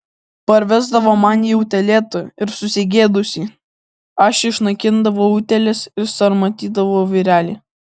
parvesdavo man jį utėlėtą ir susigėdusį aš išnaikindavau utėles ir sarmatydavau vyrelį